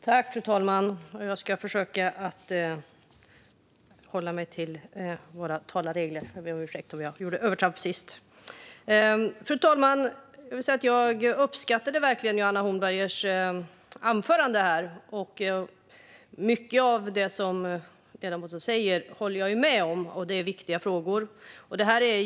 Fru talman! Jag ska försöka hålla mig till våra talarregler. Jag ber om ursäkt om jag gjorde övertramp sist. Fru talman! Jag uppskattade verkligen Johanna Hornbergers anförande. Mycket av det som ledamoten säger håller jag med om. Det är viktiga frågor.